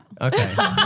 Okay